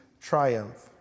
triumph